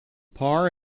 parr